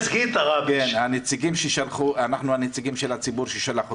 --- אנחנו הנציגים של הציבור ששלח אותנו.